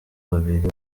babiri